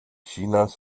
chinas